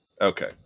Okay